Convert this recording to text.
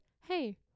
hey